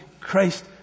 Christ